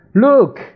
look